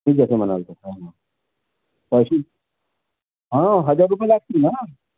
ठीक आहे हां ओ हजार रुपये लागतील ना